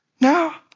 now